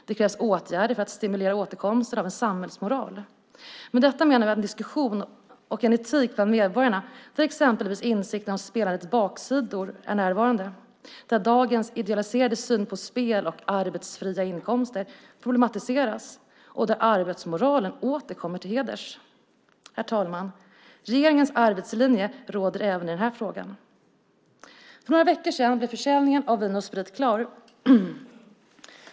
Det krävs åtgärder för att stimulera återkomsten av en samhällsmoral. Med detta menar jag en diskussion och en etik bland medborgarna, exempelvis att insikten om spelandets baksidor är närvarande, där dagens idealiserade syn på spel och arbetsfria inkomster problematiseras och där arbetsmoralen åter kommer till heders. Herr talman! Regeringens arbetslinje råder även i den här frågan. För några veckor sedan blev försäljningen av Vin & Sprit klar.